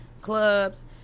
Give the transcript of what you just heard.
clubs